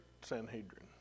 Sanhedrin